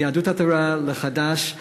מיהדות התורה עד חד"ש,